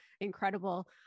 incredible